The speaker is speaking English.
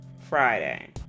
Friday